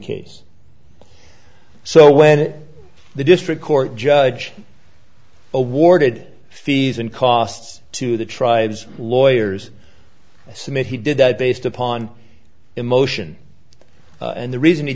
case so when the district court judge awarded fees and costs to the tribes lawyers smith he did that based upon emotion and the reason he